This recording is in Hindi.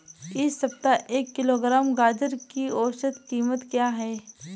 इस सप्ताह एक किलोग्राम गाजर की औसत कीमत क्या है?